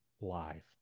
live